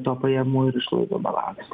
to pajamų ir išlaidų balanso